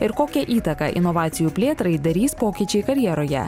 ir kokią įtaką inovacijų plėtrai darys pokyčiai karjeroje